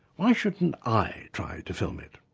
why shouldn't i try to film it?